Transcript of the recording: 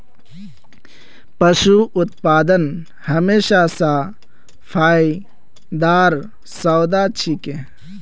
पशू उत्पादन हमेशा स फायदार सौदा छिके